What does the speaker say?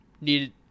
needed